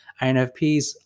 INFPs